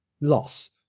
loss